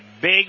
big